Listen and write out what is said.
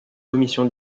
commission